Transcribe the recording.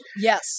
Yes